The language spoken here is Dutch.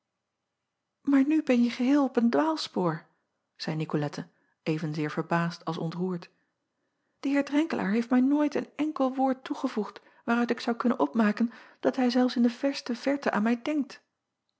aar nu benje geheel op een dwaalspoor zeî icolette evenzeer verbaasd als ontroerd de eer renkelaer heeft mij nooit een enkel woord toegevoegd waaruit ik zou kunnen opmaken dat hij zelfs in de verste verte aan mij denkt